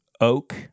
oak